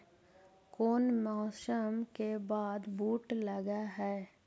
कोन मौसम के बाद बुट लग है?